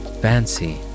Fancy